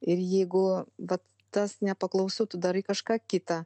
ir jeigu vat tas nepaklausu tu darai kažką kita